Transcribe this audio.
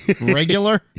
Regular